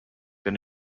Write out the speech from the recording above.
been